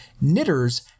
knitters